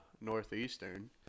northeastern